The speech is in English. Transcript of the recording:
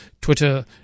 Twitter